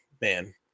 man